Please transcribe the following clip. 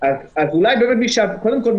אז קודם כול,